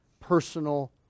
Personal